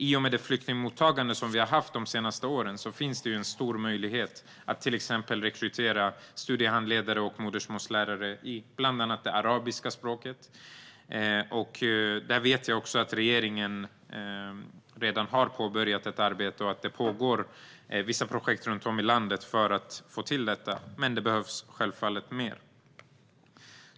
I och med det flyktingmottagande vi har haft de senaste åren finns det en stor möjlighet att till exempel rekrytera studiehandledare och modersmålslärare i bland annat det arabiska språket. Jag vet också att regeringen redan har påbörjat ett arbete och att det pågår vissa projekt runt om i landet för att få till detta, men det behövs självfallet mer.